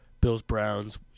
Bills-Browns